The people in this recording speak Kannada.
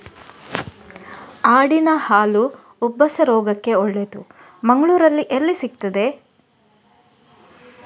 ಆಡಿನ ಹಾಲು ಉಬ್ಬಸ ರೋಗಕ್ಕೆ ಒಳ್ಳೆದು, ಮಂಗಳ್ಳೂರಲ್ಲಿ ಎಲ್ಲಿ ಸಿಕ್ತಾದೆ?